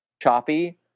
choppy